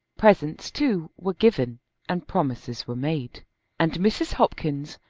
presents too were given and promises were made and mrs. hopkins,